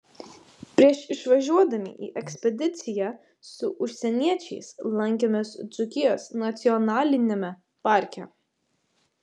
prieš išvažiuodami į ekspediciją su užsieniečiais lankėmės dzūkijos nacionaliniame parke